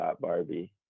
barbie